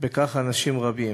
בכך אנשים רבים.